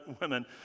women